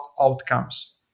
outcomes